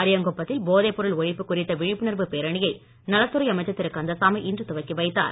அரியாங்குப்பத்தில் போதைப்பொருள் ஒழிப்பு குறித்த விழிப்புணர்வு பேரணியை நலத்துறை அமைச்சர் திரு கந்தசாமி இன்று துவக்கி வைத்தார்